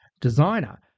designer